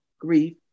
grief